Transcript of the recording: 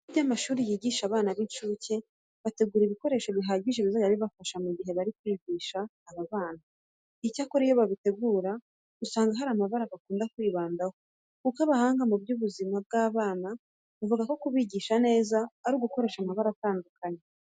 Mu bigo by'amashuri yigisha abana b'incuke bategura ibikoresho bihagije bizajya bibafasha mu gihe bari kwigisha aba bana. Icyakora iyo babitegura usanga hari amabara bakunda kwibandaho kuko abahanga mu by'ubuzima bw'abana bavuga ko kubigisha neza ari ugukoresha amabara atandukanye.